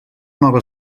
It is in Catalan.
nova